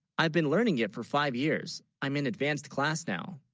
i've been learning it for five, years i'm in advanced class now